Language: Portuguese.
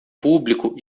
público